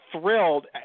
thrilled